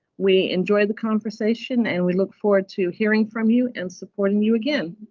we enjoy the conversation, and we look forward to hearing from you and supporting you again.